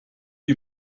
die